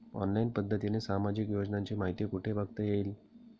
Online पद्धतीने सामाजिक योजनांची माहिती कुठे बघता येईल?